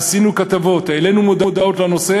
עשינו כתבות, העלינו מודעות לנושא.